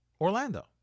Orlando